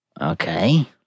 Okay